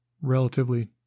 relatively